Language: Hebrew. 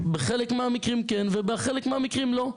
עכשיו, בחלק מהמקרים כן ובחלק מהמקרים לא.